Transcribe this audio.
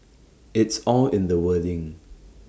it's all in the wording